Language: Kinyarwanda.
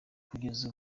kugeza